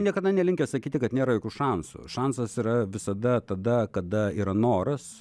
niekada nelinkęs sakyti kad nėra jokių šansų šansas yra visada tada kada yra noras